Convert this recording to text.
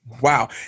Wow